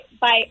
bye-